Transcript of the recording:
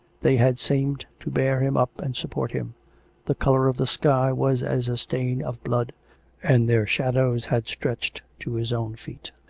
they had seemed to bear him up and support him the colour of the sky was as a stain of blood and their shadows had stretched to his own feet.